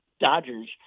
Dodgers